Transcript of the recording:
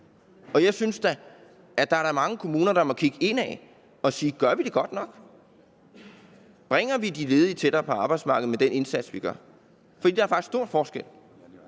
Jeg synes da, at der er mange kommuner, der må kigge indad og spørge: Gør vi det godt nok, bringer vi de ledige tættere på arbejdsmarkedet med den indsats, vi gør? For der er faktisk stor forskel.